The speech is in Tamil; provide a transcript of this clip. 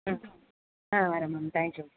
ம் ஆ வரேன் மேம் தேங்க் யூ